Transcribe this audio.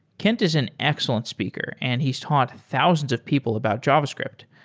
kent is an excellent speaker and he's taught thousands of people about javascript.